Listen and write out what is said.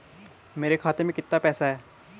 मेरे खाते में कितना पैसा है?